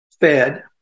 fed